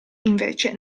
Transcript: invece